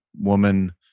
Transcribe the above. woman